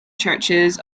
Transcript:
churches